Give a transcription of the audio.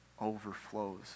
overflows